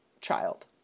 child